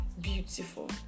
beautiful